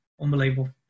Unbelievable